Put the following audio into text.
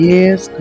Yes